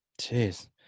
Jeez